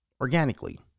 organically